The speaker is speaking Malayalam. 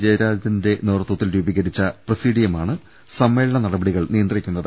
ജയരാ ജന്റെ നേതൃത്വത്തിൽ രൂപീകരിച്ച പ്രസീഡിയമാണ് സമ്മേ ളന നടപടികൾ നിയന്ത്രിക്കുന്നത്